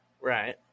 Right